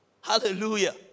Hallelujah